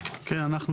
אנחנו,